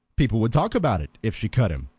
people would talk about it if she cut him,